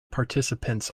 participants